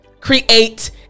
create